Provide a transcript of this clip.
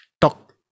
talk